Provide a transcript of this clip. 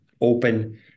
open